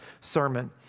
sermon